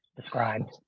described